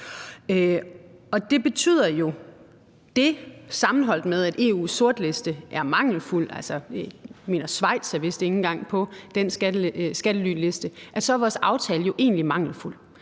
f.eks. Luxembourg. Det sammenholdt med, at EU's sortliste er mangelfuld – Schweiz er vist ikke engang på den skattelyliste – så er vores aftale jo egentlig mangelfuld.